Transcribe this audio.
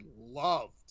loved